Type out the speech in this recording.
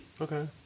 Okay